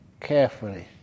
carefully